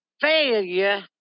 failure